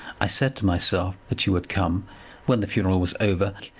i said to myself that you would come when the funeral was over,